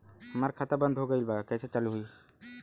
हमार खाता बंद हो गईल बा कैसे चालू होई?